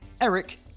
Eric